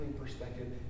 perspective